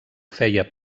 feia